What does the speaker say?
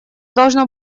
должно